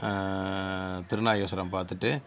திருநாகேஸ்வரம் பார்த்துட்டு